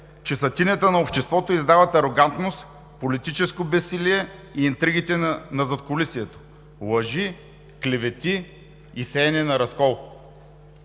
че са тинята на обществото и издават арогантност, политическо безсилие и интригите на задкулисието – лъжи, клевети и сеене на разкол.